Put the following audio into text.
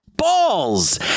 balls